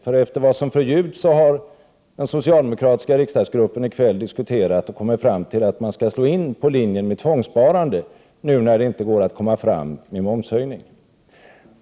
För tydligen har den socialdemokratiska riksdagsgruppen i kväll diskuterat frågan och kommit fram till att man skall slå in på en linje av tvångssparande, nu när det inte går att genomföra en momshöjning.